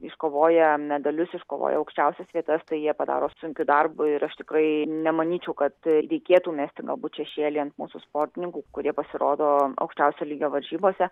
iškovoja medalius iškovoja aukščiausias vietas tai jie padaro sunkiu darbu ir aš tikrai nemanyčiau kad reikėtų mesti galbūt šešėlį ant mūsų sportininkų kurie pasirodo aukščiausio lygio varžybose